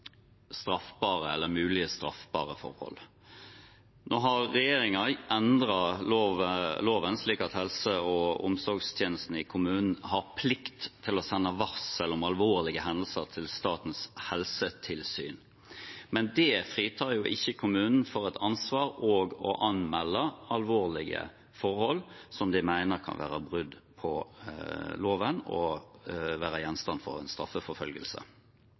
straffbare eller mulige straffbare forhold. Nå har regjeringen endret loven, slik at helse- og omsorgstjenesten i kommunene har plikt til å sende varsel om alvorlige hendelser til Statens helsetilsyn. Men det fritar ikke kommunene fra et ansvar for å anmelde alvorlige forhold som de mener kan være brudd på loven, og som kan være gjenstand for straffeforfølgelse.